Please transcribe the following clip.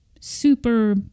super